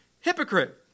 Hypocrite